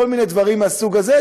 וכל מיני דברים מהסוג הזה,